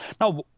Now